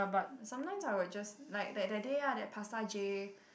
sometimes I would just like that that day lah the pasta j